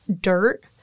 dirt